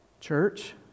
church